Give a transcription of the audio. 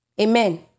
amen